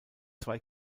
zwei